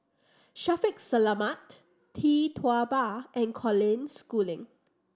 Shaffiq Selamat Tee Tua Ba and Colin Schooling